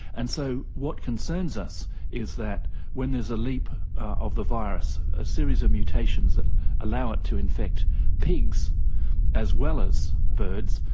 and so what concerns us is that when there is a leap of the virus, a series of mutations that allow it to infect pigs as well as birds,